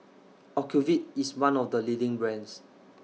Ocuvite IS one of The leading brands